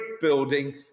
building